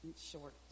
short